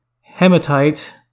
Hematite